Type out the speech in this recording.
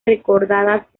recordadas